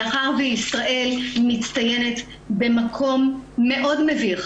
מאחר שישראל מצטיינת במקום מאוד מביך